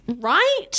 Right